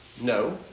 No